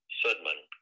sudman